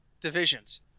divisions